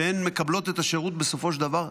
שהן מקבלות את השירות בסופו של דבר.